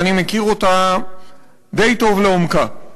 ואני מכיר אותה די טוב לעומקה.